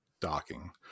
docking